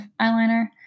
eyeliner